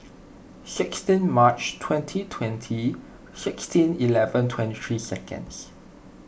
sixteen March twenty twenty sixteen eleven twenty three seconds